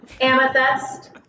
Amethyst